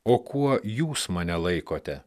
o kuo jūs mane laikote